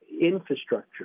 Infrastructure